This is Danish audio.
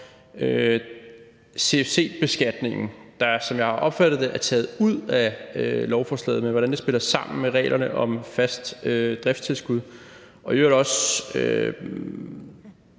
CFC-beskatningen – der, som jeg opfatter det, er taget ud af lovforslaget – i forhold til hvordan det spiller sammen med reglerne om fast driftssted, og i øvrigt også